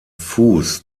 fuß